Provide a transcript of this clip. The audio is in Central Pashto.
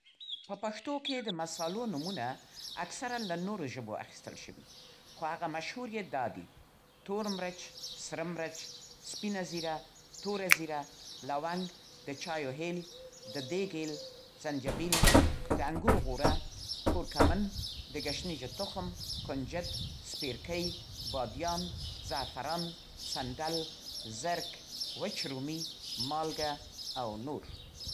په پښتو کې د مصالحو نومونه اکثرا له نورو ژبو اخیستل شوي. خو هغه مشهور یې دا دي: تور مرچ، سره مرچ، سپینه زیره، توره زیره، لونګ، د چایو هېل، د دېګ هېل، زنجبیل، د انګورو غوره، کورکمن، د ګشنیجو تخم، کنجد، سپېرکۍ، بادیان، زعفران، سنډل، زِرک، وچ رومي، مالګه او نور